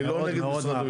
אני לא נגד משרד המשפטים.